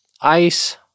Ice